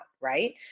right